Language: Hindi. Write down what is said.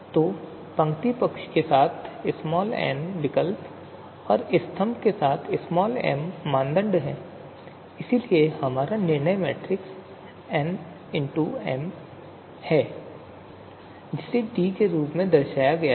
तो पंक्ति पक्ष के साथ n विकल्प और स्तंभ पक्ष के साथ m मानदंड हैं इसलिए हमारा निर्णय मैट्रिक्स है जिसे D के रूप में दर्शाया जा रहा है